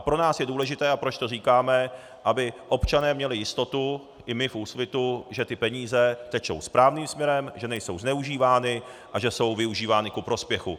Pro nás je důležité, a proč to říkáme, aby občané měli jistotu, i my v Úsvitu, že ty peníze tečou správným směrem, že nejsou zneužívány a že jsou využívány ku prospěchu.